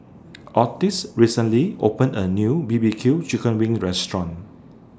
Ottis recently opened A New B B Q Chicken Wings Restaurant